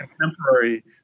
contemporary